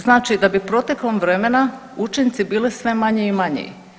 Znači, da bi protekom vremena učinci bili sve manji i manji.